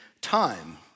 time